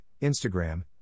Instagram